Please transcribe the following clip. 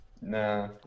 Nah